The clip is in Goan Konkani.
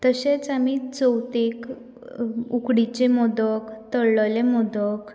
तशेंच आमी चवथीक उकडीचें मोदक तळलले मोदक